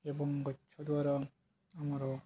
ଏବଂ ଗଛ ଦ୍ୱାରା ଆମର